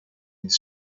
his